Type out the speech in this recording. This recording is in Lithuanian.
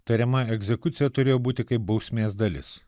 tariama egzekucija turėjo būti kaip bausmės dalis